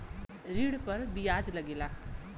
ऋण पर बियाज लगेला